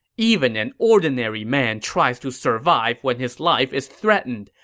even an ordinary man tries to survive when his life is threatened.